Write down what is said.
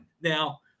now